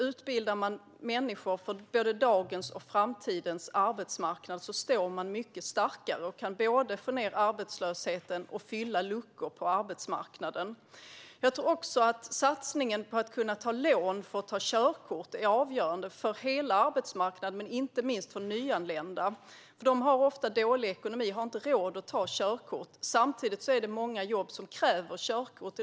Utbildas människor för både dagens och framtidens arbetsmarknad står man mycket starkare och kan både få ned arbetslösheten och fylla luckor på arbetsmarknaden. Jag tror att satsningen på att kunna ta lån för att ta körkort är avgörande för hela arbetsmarknaden, inte minst för nyanlända. De har ofta dålig ekonomi och har inte råd att ta körkort. Samtidigt kräver många jobb körkort.